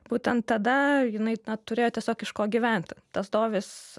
būtent tada jinai na turėjo tiesiog iš ko gyventi tas dovis